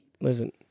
Listen